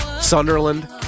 Sunderland